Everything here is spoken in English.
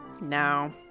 No